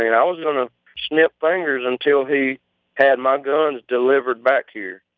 mean, i was going to snip fingers until he had my guns delivered back here